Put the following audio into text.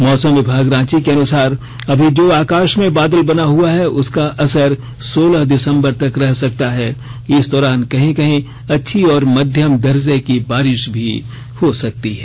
मौसम विभाग रांची के अनुसार अभी जो आकाश में बादल बना हुआ है इसका असर सोलह दिसंबर तक रह सकता है इस दौरान कहीं कहीं अच्छी और मध्यम दर्जे की बारिश भी हो सकती है